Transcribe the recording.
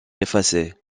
effacées